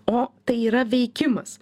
o tai yra veikimas